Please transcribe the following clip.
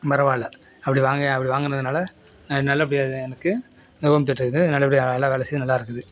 பரவாயில்ல அப்படி வாங்க அப்படி வாங்கினதுனால அது நல்லபடியாக அது எனக்கு இந்த ஹோம் தியேட்டர் இது நல்லபடியாக நல்லா வேல செய்யுது நல்லா இருக்குது